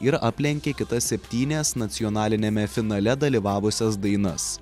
ir aplenkė kitas septynias nacionaliniame finale dalyvavusias dainas